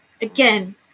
again